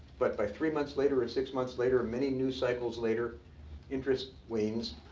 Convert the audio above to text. but by three months later, ah six months later, many new cycles later interest wanes.